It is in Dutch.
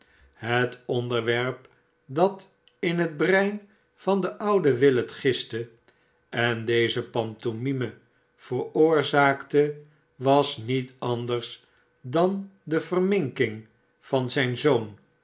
het onderwerp xiat in het brein van den ouden willet gistte en deze pantomime veroorzaakte was niet anders dan de verminking van zijn zoon